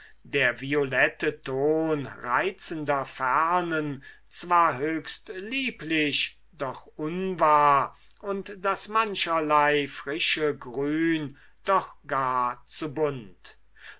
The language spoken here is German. der violette ton reizender fernen zwar höchst lieblich doch unwahr und das mancherlei frische grün doch gar zu bunt